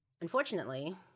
unfortunately